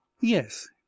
Yes